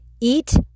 Eat